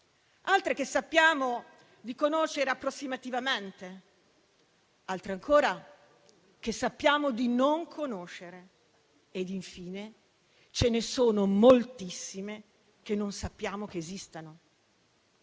altre che sappiamo di conoscere approssimativamente, altre ancora che sappiamo di non conoscere e, infine, ce ne sono moltissime che non sappiamo che esistano.